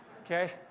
Okay